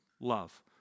Love